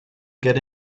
get